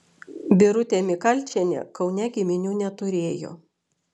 birutė mikalčienė kaune giminių neturėjo